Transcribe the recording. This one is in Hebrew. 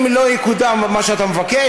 אם לא יקודם מה שאתה מבקש,